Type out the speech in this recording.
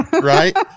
Right